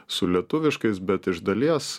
su lietuviškais bet iš dalies